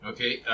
Okay